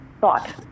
thought